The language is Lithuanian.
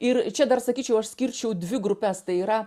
ir čia dar sakyčiau aš skirčiau dvi grupes tai yra